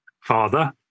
father